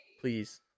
please